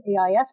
AIS